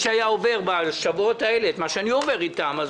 שהיה עובר בשבועות האלה את מה שאני עובר איתם,